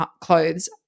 clothes